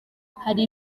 hari